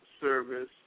service